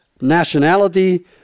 nationality